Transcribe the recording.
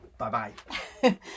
Bye-bye